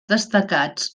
destacats